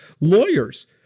lawyers